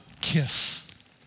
kiss